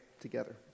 together